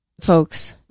folks